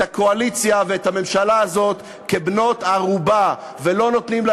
את הקואליציה ואת הממשלה הזאת כבנות-ערובה ולא נותנים לה